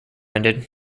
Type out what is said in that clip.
ended